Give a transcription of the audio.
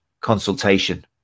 consultation